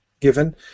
given